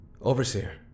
Overseer